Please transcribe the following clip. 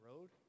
road